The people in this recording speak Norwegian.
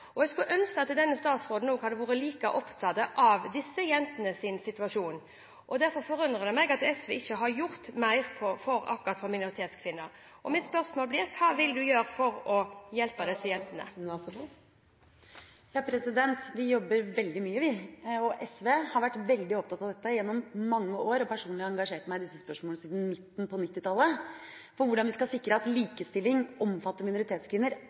kjøkkenbenken. Jeg skulle ønske at statsråden hadde vært like opptatt av disse jentenes situasjon. Det forundrer meg at SV ikke har gjort mer for akkurat minoritetskvinner. Mitt spørsmål blir: Hva vil statsråden gjøre for å hjelpe disse jentene? Vi jobber veldig mye, og SV har vært veldig opptatt av dette gjennom mange år. Jeg har personlig siden midt på 1990-tallet engasjert meg i spørsmålene om hvordan vi skal sikre at likestilling omfatter minoritetskvinner